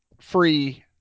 free